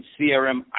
CRM